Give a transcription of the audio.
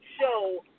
show